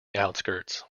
outskirts